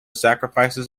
sacrifices